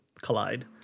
collide